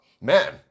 man